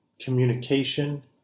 communication